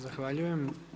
Zahvaljujem.